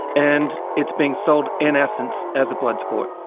and it's being sold in essence as a blood sport.